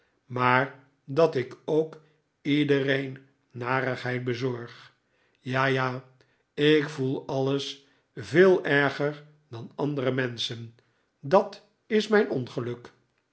maar dat ik ook iedereen narigheid bezorg ja ja ik voel alles veel erger dan andere menschen dat is mijn ongeluk